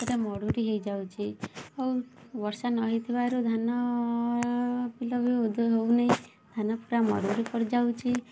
ସେଇଟା ମରୁଡ଼ି ହେଇଯାଉଛି ଆଉ ବର୍ଷା ନ ହେଇଥିବାରୁ ଧାନ ବିଲ ବି ଓଦା ହଉନାଇ ଧାନ ପୁରା ମରୁଡ଼ି ପଡ଼ି ଯାଉଛି